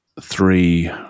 three